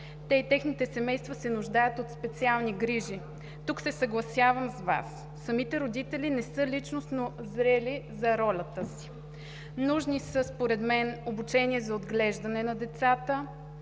те и техните семейства се нуждаят от специални грижи. Тук се съгласявам с Вас. Самите родители не са личностно зрели за ролята си. Според мен са нужни: обучение за отглеждане на децата